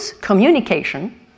communication